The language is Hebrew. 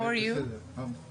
אני בסדר.